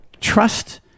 trust